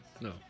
No